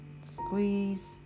Squeeze